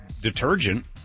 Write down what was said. detergent